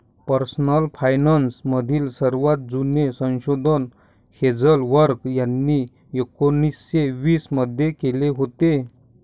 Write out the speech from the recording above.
personal finance मधील सर्वात जुने संशोधन हेझेल कर्क यांनी एकोन्निस्से वीस मध्ये केले होते